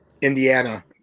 Indiana